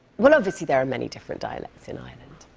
well, obviously, there are many different dialects in ireland.